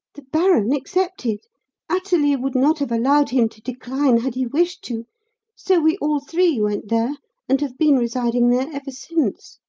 the baron accepted athalie would not have allowed him to decline had he wished to so we all three went there and have been residing there ever since.